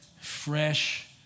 Fresh